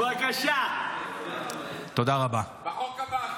בחוק הבא.